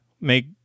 make